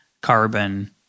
carbon